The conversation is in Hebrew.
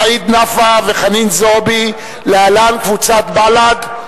סעיד נפאע וחנין זועבי, להלן: קבוצת סיעת בל"ד.